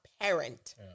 parent